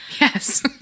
yes